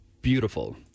beautiful